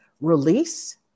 release